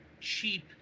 cheap